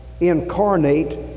incarnate